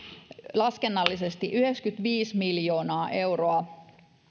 laskennallisesti yhdeksänkymmentäviisi miljoonaa euroa